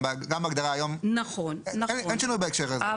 גם בהגדרה היום אין שינוי בהקשר הזה.